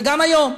וגם היום: